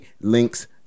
links